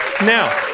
Now